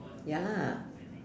ya lah